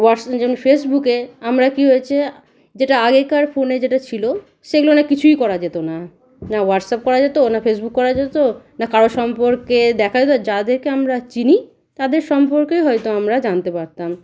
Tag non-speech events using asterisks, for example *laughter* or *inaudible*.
*unintelligible* যেমন ফেসবুকে আমরা কী হয়েছে যেটা আগেকার ফোনে যেটা ছিল সেগুলো অনেক কিছুই করা যেত না না হোয়াটসঅ্যাপ করা যেত না ফেসবুক করা যেত না কারোর সম্পর্কে দেখা যেত যাদেরকে আমরা চিনি তাদের সম্পর্কে হয়তো আমরা জানতে পারতাম